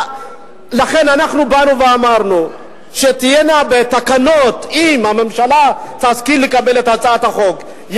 לכן באנו ואמרנו שאם הממשלה תשכיל לקבל את הצעת החוק,